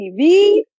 TV